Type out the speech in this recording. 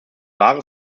wahre